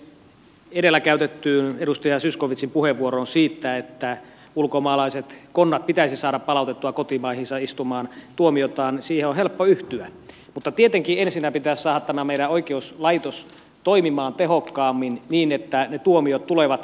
edellä käytettyyn edustaja zyskowiczin puheenvuoroon siitä että ulkomaalaiset konnat pitäisi saada palautettua kotimaihinsa istumaan tuomiotaan on helppo yhtyä mutta tietenkin ensinnä pitäisi saada tämä meidän oikeuslaitoksemme toimimaan tehokkaammin niin että ne tuomiot tulevat nopeasti